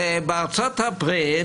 ובארצות הברית